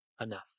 enough